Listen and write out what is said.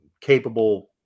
capable